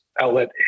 outlet